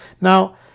Now